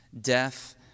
death